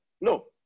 No